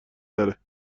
تره